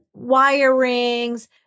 wirings